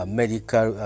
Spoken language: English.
medical